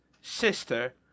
sister